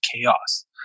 chaos